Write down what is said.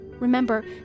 Remember